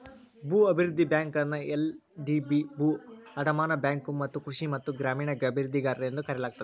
ಭೂ ಅಭಿವೃದ್ಧಿ ಬ್ಯಾಂಕುಗಳನ್ನ ಎಲ್.ಡಿ.ಬಿ ಭೂ ಅಡಮಾನ ಬ್ಯಾಂಕು ಮತ್ತ ಕೃಷಿ ಮತ್ತ ಗ್ರಾಮೇಣ ಅಭಿವೃದ್ಧಿಗಾರರು ಎಂದೂ ಕರೆಯಲಾಗುತ್ತದೆ